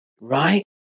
Right